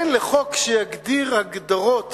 כן לחוק שיגדיר הגדרות